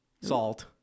salt